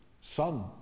son